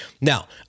Now